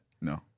No